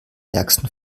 ärgsten